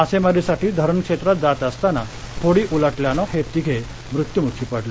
मासेमारीसाठी धरण क्षेत्रात जात असताना होडी उलटल्याने हे तिघे मृत्युमुखी पडले